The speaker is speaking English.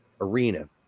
Arena